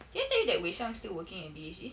did I tell you that wei xiang is still working at B_H_G